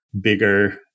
bigger